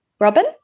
Robin